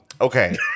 Okay